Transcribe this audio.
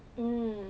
mm